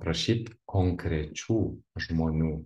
prašyt konkrečių žmonių